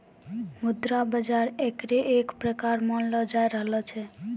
मुद्रा बाजार एकरे एक प्रकार मानलो जाय रहलो छै